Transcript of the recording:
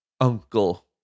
uncle